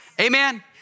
Amen